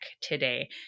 today